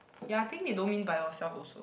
ya I think they don't mean by yourself also